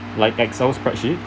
like excel spreadsheet